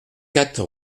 quatre